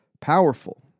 powerful